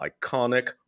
iconic